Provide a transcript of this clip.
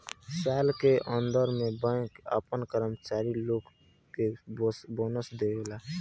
साल के अंत में बैंक आपना कर्मचारी लोग के बोनस देवेला